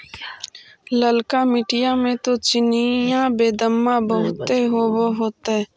ललका मिट्टी मे तो चिनिआबेदमां बहुते होब होतय?